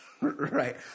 Right